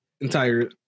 entire